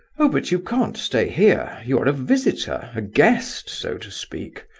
oh, but you can't stay here. you are a visitor a guest, so to speak.